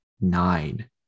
nine